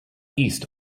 east